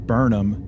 Burnham